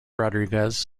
rodriguez